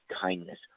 kindness